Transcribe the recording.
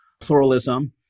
pluralism